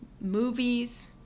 movies